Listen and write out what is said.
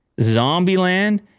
Zombieland